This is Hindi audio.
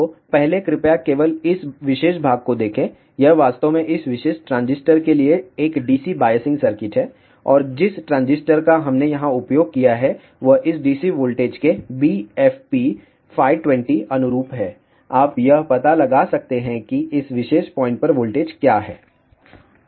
तो पहले कृपया केवल इस विशेष भाग को देखें यह वास्तव में इस विशेष ट्रांजिस्टर के लिए एक DC बायसिंग सर्किट है और जिस ट्रांजिस्टर का हमने यहां उपयोग किया है वह इस DC वोल्टेज के BFP520 अनुरूप है आप यह पता लगा सकते हैं कि इस विशेष पॉइंट पर वोल्टेज क्या है